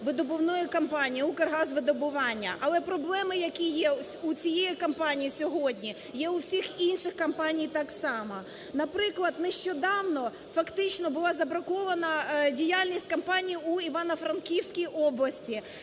видобувної компанії - "Укргазвидобування". Але проблеми, які є у цій компанії сьогодні, є у всіх інших компаній так само. Наприклад, нещодавно фактично була забракована діяльність компанії у Івано-Франківській області.